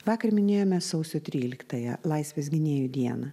vakar minėjome sausio tryliktąją laisvės gynėjų dieną